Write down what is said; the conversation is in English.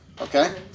Okay